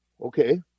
okay